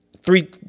three